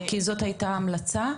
כי זאת הייתה ההמלצה.